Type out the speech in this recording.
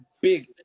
big